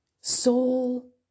soul